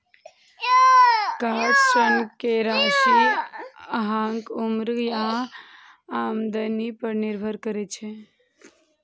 car ऋण के राशि अहांक उम्र आ आमदनी पर निर्भर करै छै